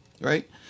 Right